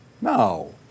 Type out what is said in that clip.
No